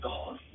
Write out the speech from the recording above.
God